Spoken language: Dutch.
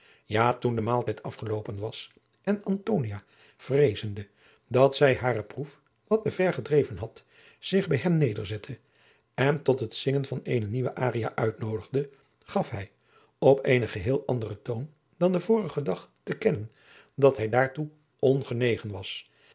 ja toen de maaltijd afgeloopen was en antonia vreezende dat zij hare proef wat te ver gedreven had zich bij hem nederzette en tot het zingen van eene nieuwe aria uitnoodigde gaf hij op eenen geheel anderen toon dan den vorigen dag te kennen dat hij daartoe ongenegen was